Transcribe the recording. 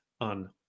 on